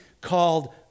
called